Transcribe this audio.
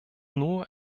nur